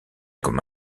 comme